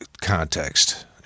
context